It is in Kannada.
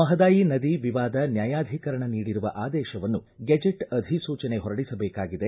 ಮಹದಾಯಿ ನದಿ ವಿವಾದ ನ್ಯಾಯಾಧಿಕರಣ ನೀಡಿರುವ ಆದೇಶವನ್ನು ಗೆಜೆಟ್ ಅಧಿಸೂಚನೆ ಹೊರಡಿಸಬೇಕಾಗಿದೆ